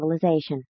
civilization